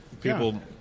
People